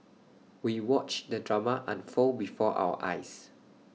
we watched the drama unfold before our eyes